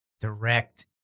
Direct